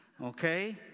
Okay